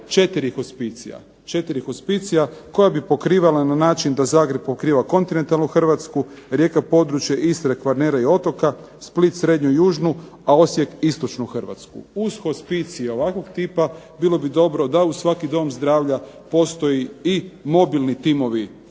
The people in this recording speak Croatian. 4 hospicija koja bi pokrivala na način da Zagreb pokriva kontinentalnu Hrvatsku, Rijeka područje Istre, Kvarnera i otoka, Split srednju i južnu, a Osijek istočnu Hrvatsku. Uz hospicije ovakvog tipa bilo bi dobro da uz svaki dom zdravlja postoje i mobilni timovi